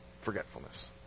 Forgetfulness